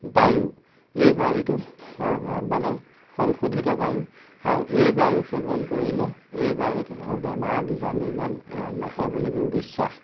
বায়ু এই বায়ুটো মানে সংশোধিত বায়ু আৰু এই বায়ু সেৱন কৰিলে এই বায়ুত বেমাৰ বীজাণু ইমান নাহে বুলি মোৰ বিশ্বাস